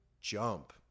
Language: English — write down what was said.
jump